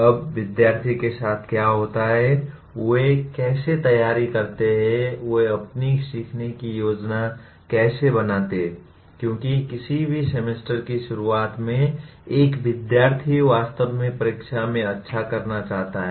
अब विद्यार्थी के साथ क्या होता है वे कैसे तैयारी करते हैं वे अपनी सीखने की योजना कैसे बनाते हैं क्योंकि किसी भी सेमेस्टर की शुरुआत में एक विद्यार्थी वास्तव में परीक्षा में अच्छा करना चाहता है